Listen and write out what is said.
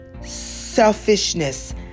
selfishness